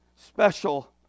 Special